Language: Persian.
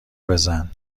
بزن